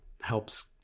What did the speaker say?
helps